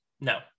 No